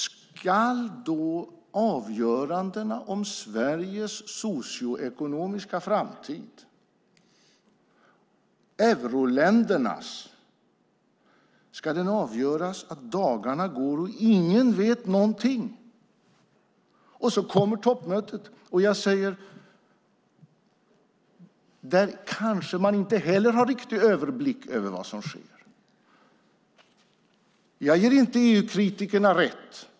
Ska Sveriges och euroländernas socioekonomiska framtid avgöras av att dagarna går och ingen vet någonting? Sedan kommer toppmötet, och där kanske man inte heller har riktig överblick över vad som sker. Jag ger inte EU-kritikerna rätt.